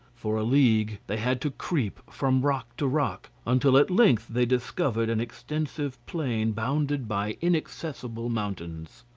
for a league they had to creep from rock to rock, until at length they discovered an extensive plain, bounded by inaccessible mountains.